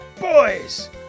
Boys